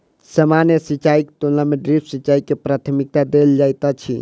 सामान्य सिंचाईक तुलना मे ड्रिप सिंचाई के प्राथमिकता देल जाइत अछि